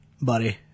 buddy